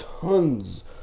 tons